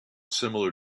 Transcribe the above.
similar